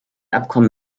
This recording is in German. abkommen